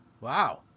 wow